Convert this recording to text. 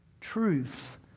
truth